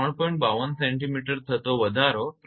52 cm થતો વધારો 3